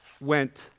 went